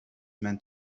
meant